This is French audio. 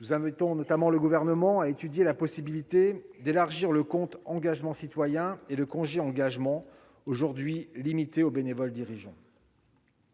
Nous invitons notamment le Gouvernement à étudier la possibilité d'élargir le compte engagement citoyen et le congé engagement citoyen, aujourd'hui limités aux bénévoles dirigeants.